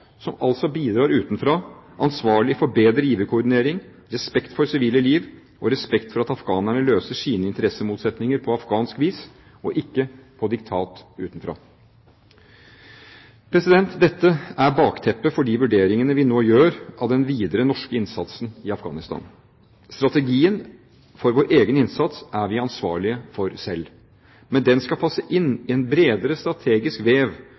som altså bidrar utenfra, ansvarlig for bedre giverkoordinering, respekt for sivile liv og respekt for at afghanerne løser sine interessemotsetninger på afghansk vis – og ikke på diktat utenfra. Dette er bakteppet for de vurderingene vi nå gjør av den videre norske innsatsen i Afghanistan. Strategien for vår egen innsats er vi ansvarlig for selv. Men den skal passe inn i en bredere strategisk vev